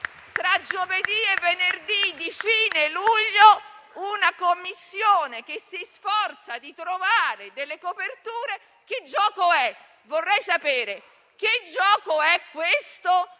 tra un giovedì e un venerdì di fine luglio, una Commissione che si sforza di trovare delle coperture? Vorrei sapere che gioco è questo